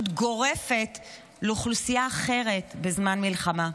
גורפת לאוכלוסייה אחרת בזמן מלחמה.